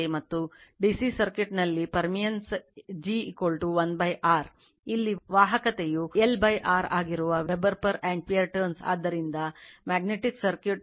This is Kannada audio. ಮತ್ತು DC ಸರ್ಕ್ಯೂಟ್ನಲ್ಲಿ permeance g 1 R ಇಲ್ಲಿ ವಾಹಕತೆಯು 1 R ಆಗಿರುವWeber per ampere turns ಆದ್ದರಿಂದ ಮ್ಯಾಗ್ನೆಟಿಕ್ ಸರ್ಕ್ಯೂಟ್ನ permeance